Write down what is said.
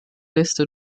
liste